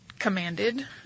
Commanded